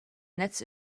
netz